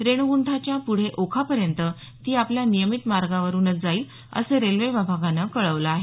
रेणीगुंठाच्या पुढे ओखापर्यंत ती आपल्या नियमित मार्गानेवरुनच जाईस असं रेल्वे विभागानं कळवलं आहे